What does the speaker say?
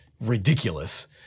ridiculous